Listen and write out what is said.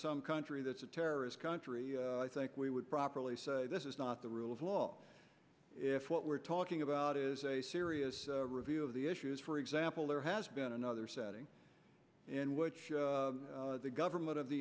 some country that's a terrorist country i think we would properly say this is not the rule of law if what we're talking about is a serious review of the issues for example there has been another setting in which the government of the